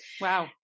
Wow